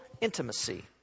intimacy